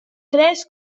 tres